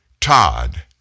Todd